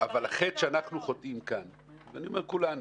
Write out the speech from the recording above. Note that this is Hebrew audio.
אבל החטא שאנחנו חוטאים כאן ואני אומר כולנו